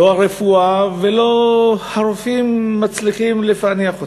לא הרפואה ולא הרופאים לא מצליחים לפענח אותן?